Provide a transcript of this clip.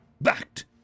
backed